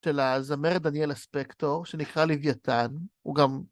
של הזמרת דניאלה ספקטור, שנקרא לוויתן, הוא גם...